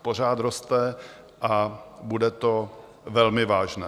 Pořád roste a bude to velmi vážné.